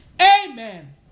amen